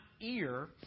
ear